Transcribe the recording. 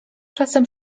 czasem